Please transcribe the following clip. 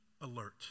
alert